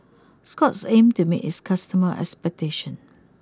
Scott's aim to meet its customers' expectation